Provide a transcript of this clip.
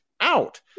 out